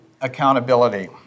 accountability